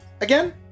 again